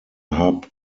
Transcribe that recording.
hub